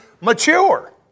mature